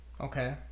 Okay